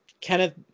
kenneth